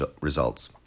results